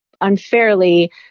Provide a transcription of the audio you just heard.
unfairly